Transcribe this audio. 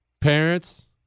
Parents